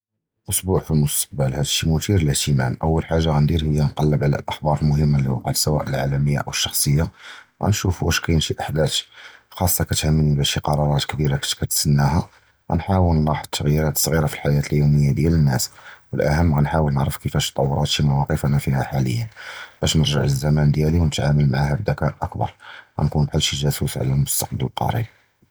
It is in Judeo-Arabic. אַסְבוּע פִי אִל-מֻסְתַּקְבַּל הַדִּי מֻתִּיר לְאִהְתִמַאמּ, אוּל חַאגָה גַאנְדִיר הִי נִקַּלַּב עַלַהָא אִחְבַּאר אִל-מֻהִימָּה לִי וֹקַעָה פִי סְוַוא אִל-עָאַלַמִיָּה וְלָא אִל-שִי פְּרְסוֹנִי, גַאנְשּוּף אִש קַאֵין שִי אִחְדַاث חֻסּוּסִיָּה קִתְמַנִי וְלָא שִי קְרַארַאת קְבִּירָה קִנְת קְנְסַנָּאהוּם, גַאנְחַאוּל נִנְלַחַظ אִל-תַּغְיִּירָات אִל-סְגִ'ירָה פִי אִל-חַיַּاة אִל-יּוֹמִיָּה דִיַּל נַאס וְאִל-אוּחַּם גַאנְחַאוּל נִפְהֵם כִּיפַאש תְּטַוּרַת שִי מְוַאקְפ אֲנַא פִיּהָא חַאֲדְרָא, בַּשּׁ נַרְגַּע לִזְמַן דִיַּלִי וְנִתְעַאמְל עִמָּהּ בְּזְכָּאָא אַכְתַּר, גַאנְקוּן בְּחַל שִי גַּאסוּס עַלַהָא אִל-מֻסְתַּקְבַּל אִל-קְרִיב.